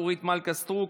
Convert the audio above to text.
אורית מלכה סטרוק,